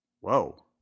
Whoa